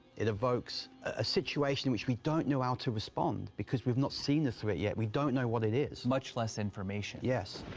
it evokes a situation which we don't know how to respond, because we've not seen a threat yet, we don't know what it is. much less information. yes.